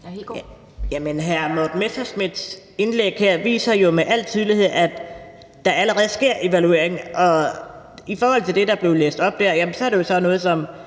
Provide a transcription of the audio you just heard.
Messerschmidts indlæg her viser jo med al tydelighed, at der allerede sker evaluering. I forhold til det, der blev læst op, er det vel sådan, at man